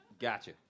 Gotcha